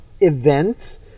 events